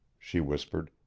she whispered.